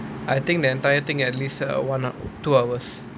I think the entire thing at least one or two hours